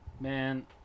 Man